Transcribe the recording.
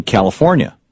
California